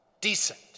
decent